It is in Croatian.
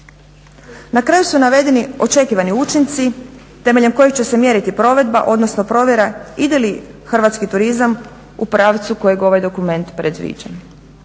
Na kraju su navedeni očekivani učinci temeljem kojih će se mjeriti provedba, odnosno provjera ide li hrvatski turizam u pravcu kojeg ovaj dokument predviđa.